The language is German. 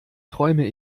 träume